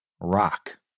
rock